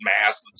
mass